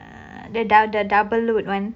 the doub~ the double load one